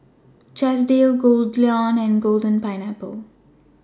Chesdale Goldlion and Golden Pineapple